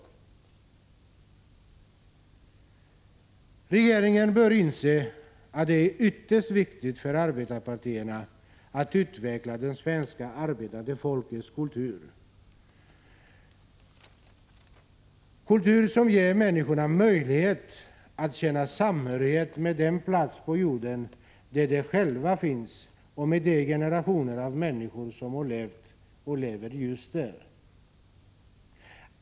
Regeringen bör inse att det är ytterst viktigt för arbetarpartierna att utveckla det svenska arbetande folkets kultur. Det är en kultur som ger människorna möjlighet att känna samhörighet med den plats på jorden där de själva finns och med de generationer av människor som har levt och lever just där.